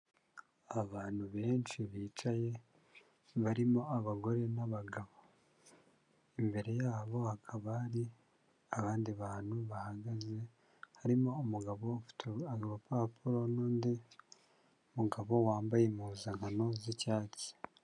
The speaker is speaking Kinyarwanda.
Abantu benshi bicaye barimo abagore n'abagabo, imbere yabo hakaba hari abandi bantu bahagaze, harimo umugabo ufite urupapuro n'undi mugabo wambaye impuzankano z'icyatsi.